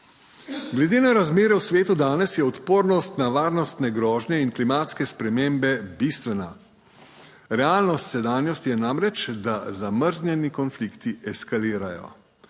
glede na razmere v svetu. Danes je odpornost na varnostne grožnje in klimatske spremembe bistvena. Realnost sedanjosti je namreč, da zamrznjeni konflikti eskalirajo,